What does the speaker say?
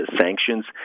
sanctions